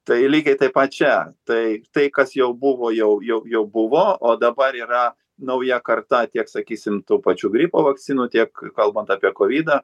tai lygiai taip pat čia tai tai kas jau buvo jau jau jau buvo o dabar yra nauja karta tiek sakysim tų pačių gripo vakcinų tiek kalbant apie kovidą